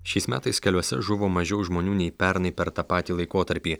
šiais metais keliuose žuvo mažiau žmonių nei pernai per tą patį laikotarpį